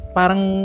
parang